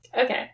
Okay